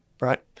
right